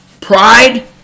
pride